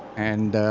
and